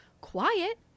quiet